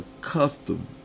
custom